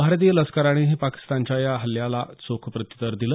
भारतीय लष्करानेही पाकिस्तानच्या या हल्ल्याला चोख प्रत्युत्तर दिलं